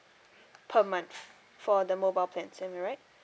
per month for the mobile plans am I right